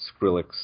Skrillex